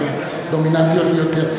הן דומיננטיות ביותר.